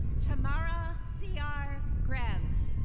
tamara c r grant.